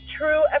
true